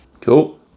Cool